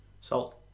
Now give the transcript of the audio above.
salt